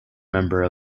member